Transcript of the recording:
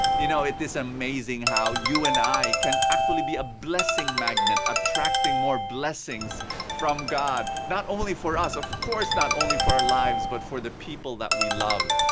you know it is amazing how you and i can actually be a blessing magnet, attracting more blessings from god. not only for us, of course not only for our lives but for the people that we love.